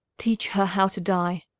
teach her how to die.